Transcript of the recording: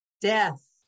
Death